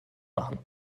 machen